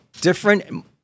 different